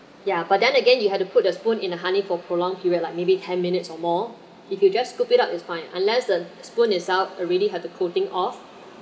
yeah but then again you have to put the spoon in a honey for prolonged period like maybe ten minutes or more if you just scoop it up is fine unless the spoon is out already had a cooling off